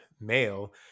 male